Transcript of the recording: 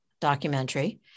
documentary